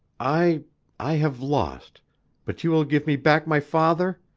i i have lost but you will give me back my father?